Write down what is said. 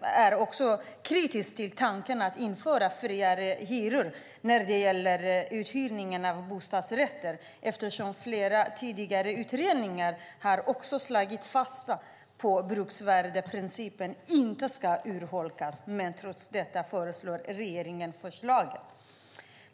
är också kritiskt till tanken att införa friare hyror när det gäller uthyrningen av bostadsrätter, eftersom flera tidigare utredningar också har slagit fast att bruksvärdesprincipen inte ska urholkas. Trots detta lägger regeringen fram förslaget.